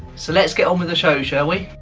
so let's get on with the show, shall we?